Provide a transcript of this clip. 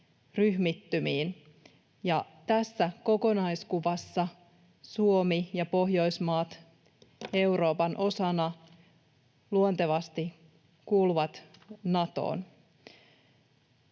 ryhmittymiin, ja tässä kokonaiskuvassa Suomi ja Pohjoismaat Euroopan osana luontevasti kuuluvat Natoon.